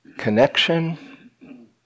Connection